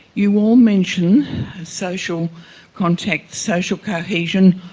you all mention social contact, social cohesion,